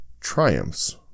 triumphs